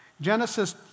Genesis